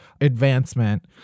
advancement